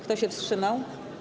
Kto się wstrzymał?